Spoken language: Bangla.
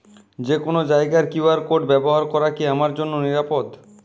যে কোনো জায়গার কিউ.আর কোড ব্যবহার করা কি আমার জন্য নিরাপদ?